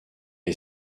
est